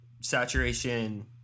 saturation